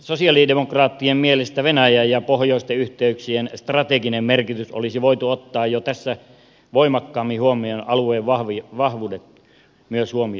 sosialidemokraattien mielestä venäjä ja pohjoisten yhteyksien strateginen merkitys olisi voitu ottaa jo tässä voimakkaammin huomioon myös alueen vahvuudet huomioiden